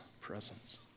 presence